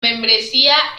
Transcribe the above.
membresía